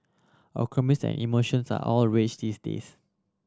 acronyms and emoticons are all rage these days